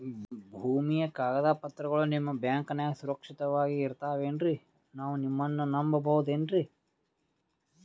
ಭೂಮಿಯ ಕಾಗದ ಪತ್ರಗಳು ನಿಮ್ಮ ಬ್ಯಾಂಕನಾಗ ಸುರಕ್ಷಿತವಾಗಿ ಇರತಾವೇನ್ರಿ ನಾವು ನಿಮ್ಮನ್ನ ನಮ್ ಬಬಹುದೇನ್ರಿ?